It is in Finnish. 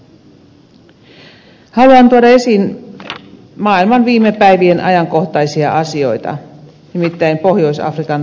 haluan tuoda esiin maailman viime päivien ajankohtaisia asioita nimittäin pohjois afrikan levottomuuksien syyn